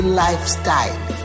lifestyle